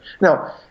Now